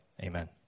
Amen